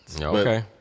Okay